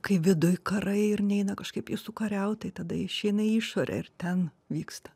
kai viduj karai ir neina kažkaip jų sukariaut tai tada išeina į išorę ir ten vyksta